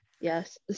yes